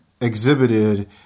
exhibited